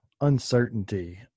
uncertainty